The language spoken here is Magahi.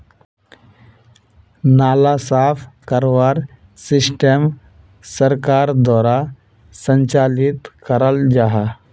नाला साफ करवार सिस्टम सरकार द्वारा संचालित कराल जहा?